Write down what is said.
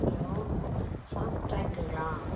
hello fast ட்ராக்குங்களா